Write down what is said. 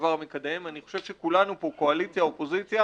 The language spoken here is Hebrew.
אני אומר לכם שצריך